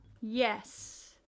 Yes